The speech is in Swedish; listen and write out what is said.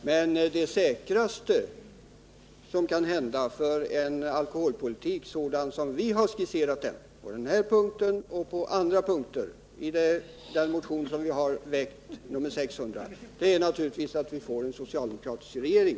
Men det säkraste om man vill genomföra den alkoholpolitik som vi har skisserat i motionen 600 är naturligtvis att vi får en socialdemokratisk regering.